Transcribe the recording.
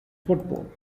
football